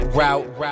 route